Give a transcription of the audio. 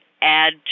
add